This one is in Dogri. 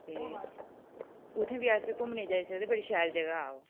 ते उत्थै बी अस घुम्मने गी जाई सकदे बड़़ी शैल जगह ओह्